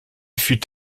fut